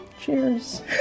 cheers